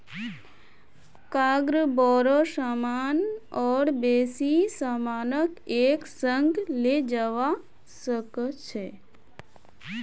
cargo बोरो सामान और बेसी सामानक एक संग ले जव्वा सक छ